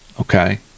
okay